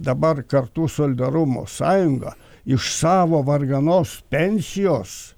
dabar kartų solidarumo sąjunga iš savo varganos pensijos